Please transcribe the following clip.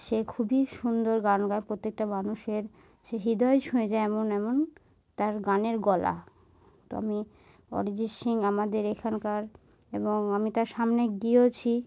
সে খুবই সুন্দর গান গায় প্রত্যেকটা মানুষের সে হৃদয় ছুঁয়ে যায় এমন এমন তার গানের গলা তো আমি অরিজিৎ সিং আমাদের এখানকার এবং আমি তার সামনে গিয়েওছি